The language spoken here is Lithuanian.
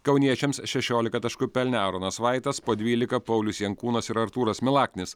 kauniečiams šešiolika taškų pelnė aronas vaitas po dvylika paulius jankūnas ir artūras milaknis